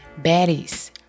Baddies